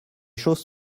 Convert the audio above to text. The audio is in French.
choses